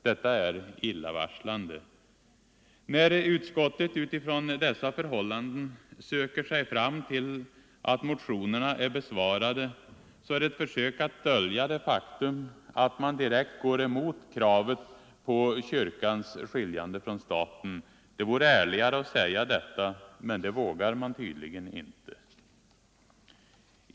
Detta är illavarslande. När utskottet utifrån dessa förhållanden söker sig fram till att motionerna är besvarade, så är det ett försök att dölja det faktum att man direkt går emot kravet på kyrkans skiljande från staten. Det vore ärligare att säga detta, men det vågar man tydligen icke.